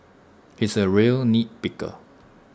he is A real nitpicker